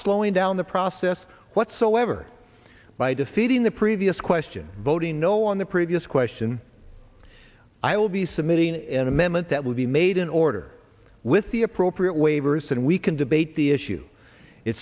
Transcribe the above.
slowing down the process whatsoever by defeating the previous question voting no on the previous question i will be submitting an amendment that will he made an order with the appropriate waivers and we can debate the issue it